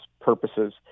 purposes